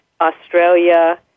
Australia